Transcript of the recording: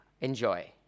Enjoy